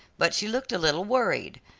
but she looked a little worried.